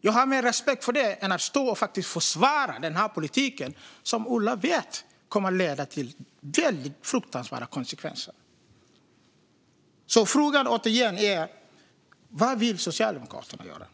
Jag har mer respekt för det än att Ola står här och försvarar den politik som han vet kommer att få fruktansvärda konsekvenser. Frågan är återigen: Vad vill Socialdemokraterna göra?